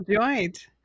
joint